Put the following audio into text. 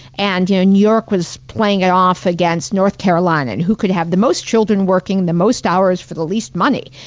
and you know new york was playing it off against north carolina on and who could have the most children working the most hours for the least money.